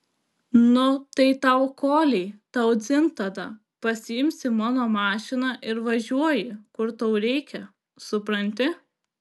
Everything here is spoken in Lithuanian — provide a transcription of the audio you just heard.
nu tai tau koliai tau dzin tada pasiimsi mano mašiną ir važiuoji kur tau reikia supranti